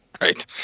Right